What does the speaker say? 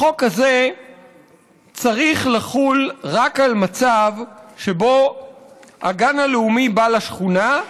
החוק הזה צריך לחול רק על מצב שבו הגן הלאומי בא לשכונה,